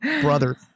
brother